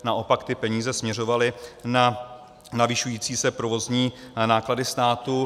Naopak ty peníze směřovaly na navyšující se provozní náklady státu.